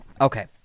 Okay